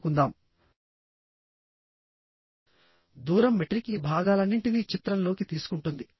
ఉదాహరణకు ఈ కేసులో ఈ రెండు ప్లేట్స్ నీ లాగ్ జాయింట్ తో కనెక్ట్ చేయబడి ఉంది